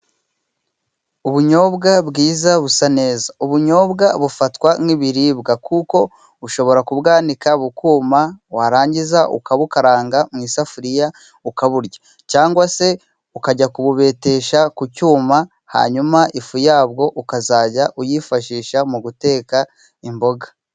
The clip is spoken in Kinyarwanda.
Ubunyobwa bwiza busa neza. Ubunyobwa bufatwa nk'ibiribwa kuko ushobora kubwanika bukuma, warangiza ukabukaranga mu isafuriya ukaburya. Cyangwa se ukajya kububetesha ku cyuma, hanyuma ifu yabwo ukazajya uyifashisha mu guteka imboga.